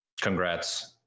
Congrats